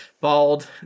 Bald